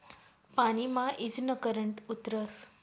पानी मा ईजनं करंट उतरस